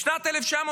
בשנת 1998